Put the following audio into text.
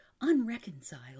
unreconciled